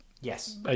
Yes